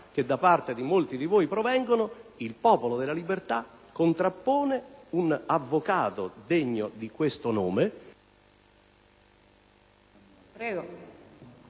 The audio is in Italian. che molti di voi descrivono, il Popolo della Libertà contrappone un avvocato degno di questo nome,